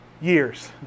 years